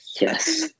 Yes